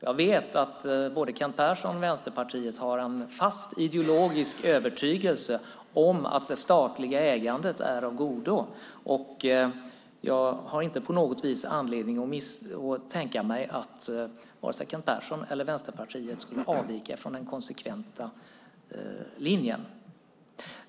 Jag vet att både Kent Persson och Vänsterpartiet har en fast ideologisk övertygelse om att det statliga ägandet är av godo, och jag har inte på något vis anledning att tänka mig att vare sig Kent Persson eller Vänsterpartiet skulle avvika från den konsekventa linjen.